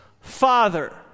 father